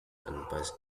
and